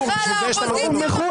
בשביל זה יש לנו --- הם לא הונמכו,